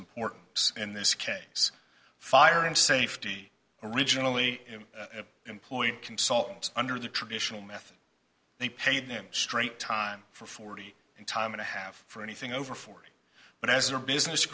importance in this case fire and safety originally employed consultants under the traditional method they paid them straight time for forty in time and a half for anything over forty but as their business